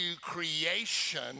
creation